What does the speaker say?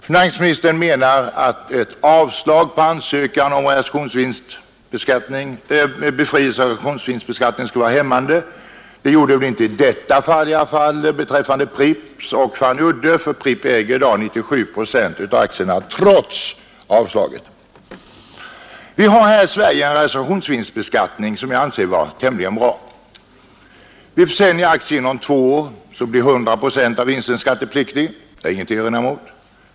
Finansministern menar att ett avslag på ansökan om befrielse från realisationsvinstbeskattning skulle vara hämmande. Så var inte fallet beträffande Fannyudde, Pripps äger i dag 97 procent av aktierna, detta trots avslaget av ansökan. Vi har här i Sverige en realisationsvinstbeskattning, som jag anser vara tämligen bra. Vid försäljning av aktier inom två år blir 100 procent av vinsten skattepliktig. Det finns ingenting att erinra mot detta.